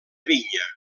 vinya